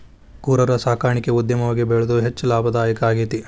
ಕುರರ ಸಾಕಾಣಿಕೆ ಉದ್ಯಮವಾಗಿ ಬೆಳದು ಹೆಚ್ಚ ಲಾಭದಾಯಕಾ ಆಗೇತಿ